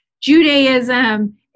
Judaism